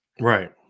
Right